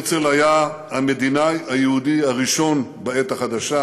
הרצל היה המדינאי היהודי הראשון בעת החדשה,